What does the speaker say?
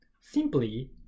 Simply